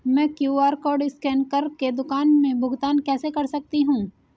मैं QR code scan कर के दुकान में भुगतान कैसे कर सकती हूँ?